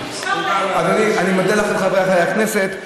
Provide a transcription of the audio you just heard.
אני מודה לכם, חברי הכנסת.